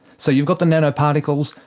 so you've got the nanoparticles,